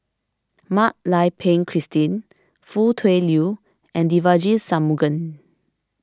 Mak Lai Peng Christine Foo Tui Liew and Devagi Sanmugam